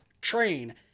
Train